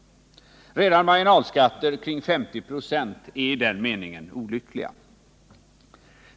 Redan marginalskatter kring 50 96 är i den meningen olyckliga.